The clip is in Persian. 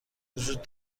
وجود